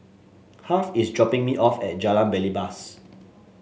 Harve is dropping me off at Jalan Belibas